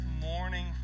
morning